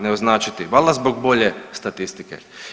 ne označiti valjda zbog bolje statistike.